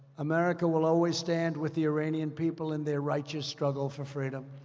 america will always stand with the iranian people in their righteous struggle for freedom.